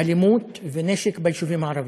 אלימות ונשק ביישובים הערביים.